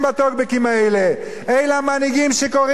אלה המנהיגים שקוראים לילדינו משתמטים.